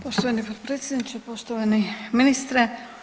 Poštovani potpredsjedniče, poštovani ministre.